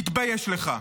תתבייש לך.